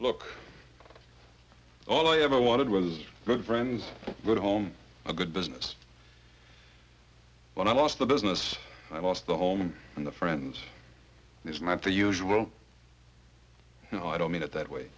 look all i ever wanted was good friends good home a good business when i lost the business i lost the home and the friends it's my for usual you know i don't mean it that way